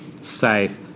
safe